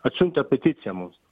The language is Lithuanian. atsiuntę peticiją mums